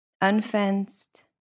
unfenced